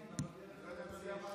אם הייתם יודעים מה זה דרך ומה זה ארץ.